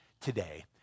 today